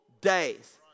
days